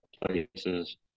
places